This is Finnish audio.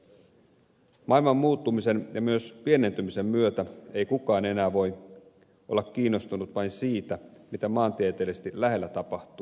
maailman muuttumisen ja myös pienentymisen myötä ei kukaan enää voi olla kiinnostunut vain siitä mitä maantieteellisesti lähellä tapahtuu